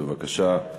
בבקשה,